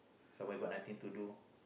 somewhere got aunty to do